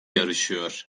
yarışıyor